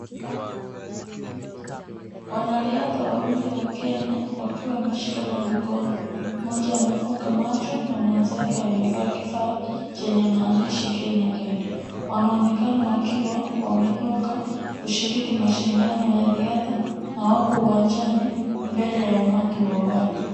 Wanariadha wawili wa Kenya wakiwa wameshikana mikono. Mmoja amefunga macho na mwenzake amevaa kifaa chenye maandishi Kenya guide . Wanaonekana wakiwa wametoka kushiriki mashindano ya riadha na wapo uwanjani, mbele ya umati wa watu.